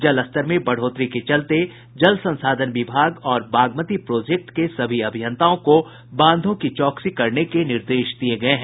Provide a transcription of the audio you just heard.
जलस्तर में बढ़ोतरी के चलते जल संसाधन विभाग और बागमती प्रोजेक्ट के सभी अभियंताओं को बांधों की चौकसी करने के निर्देश दिये गये हैं